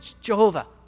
Jehovah